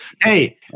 Hey